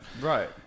Right